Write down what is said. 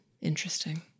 Interesting